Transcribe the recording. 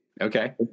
Okay